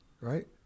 right